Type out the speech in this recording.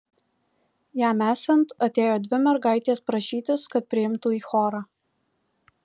jam esant atėjo dvi mergaitės prašytis kad priimtų į chorą